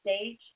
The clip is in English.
stage